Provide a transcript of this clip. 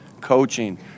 coaching